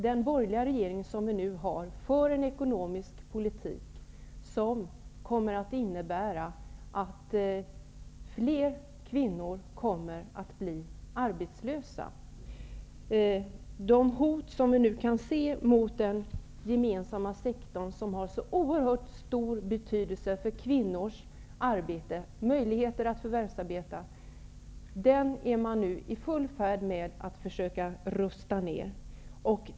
Den borgerliga regering som vi nu har för en ekonomisk politik som kommer att innebära att fler kvinnor kommer at bli arbetslösa. Den gemensamma sektorn, som har så oerhört stor betydelse för kvinnors möjligheter att förvärvsarbeta, är man nu i full färd med att försöka rusta ned.